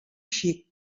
xic